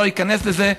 אני לא איכנס לזה.